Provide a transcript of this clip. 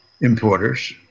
importers